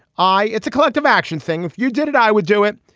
i. it's a collective action thing if you did it i would do it.